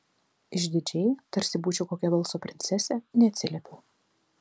išdidžiai tarsi būčiau kokia velso princesė neatsiliepiau